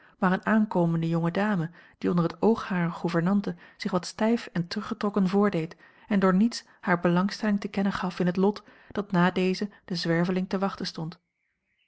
maar eene aankomende jonge dame die onder het oog harer gouvernante zich wat stijf en teruggetrokken voordeed en door niets hare belangstelling te kennen gaf in het lot dat na dezen den zwerveling te wachten stond